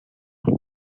pas